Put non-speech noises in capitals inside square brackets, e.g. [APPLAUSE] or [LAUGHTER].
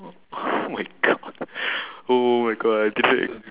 oh [NOISE] oh my god [BREATH] oh my god [wah] I didn't